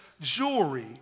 jewelry